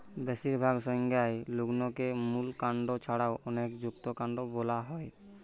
বেশিরভাগ সংজ্ঞায় গুল্মকে মূল কাণ্ড ছাড়া অনেকে যুক্তকান্ড বোলা হয়